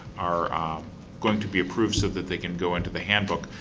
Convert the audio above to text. are going to be approved so that they can go into the handbook.